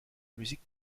musique